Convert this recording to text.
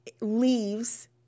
leaves